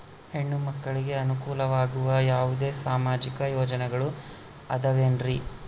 ಹೆಣ್ಣು ಮಕ್ಕಳಿಗೆ ಅನುಕೂಲವಾಗುವ ಯಾವುದೇ ಸಾಮಾಜಿಕ ಯೋಜನೆಗಳು ಅದವೇನ್ರಿ?